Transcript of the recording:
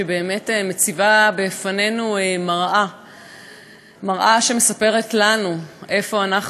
שמציבה בפנינו מראה שמספרת לנו איפה אנחנו,